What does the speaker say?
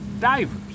divers